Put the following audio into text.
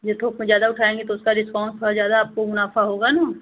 जे थोक में ज़्यादा उठाएंगे तो उसका डिस्काउंट थोड़ा ज़्यादा आपको मुनाफा होगा ना